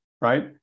right